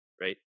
right